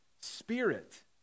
spirit